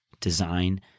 design